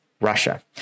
russia